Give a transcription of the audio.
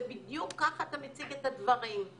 זה בדיוק ככה אתה מציג את הדברים.